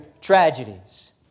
tragedies